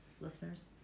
listeners